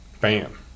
Bam